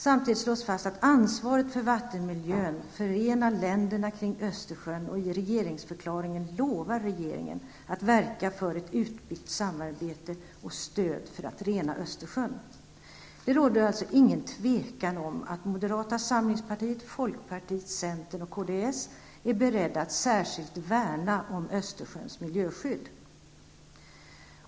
Samtidigt slås det fast att ansvaret för vattenmiljön förenar länderna kring Östersjön, och i regeringsförklaringen lovar regeringen att verka för en utbyggnad av samarbetet och stöd för rening av Det råder alltså inget tvivel om att moderata samlingspartiet, folkpartiet, centern och kds är beredda att särskilt värna om Östersjöns miljöskydd.